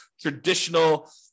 traditional